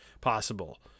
possible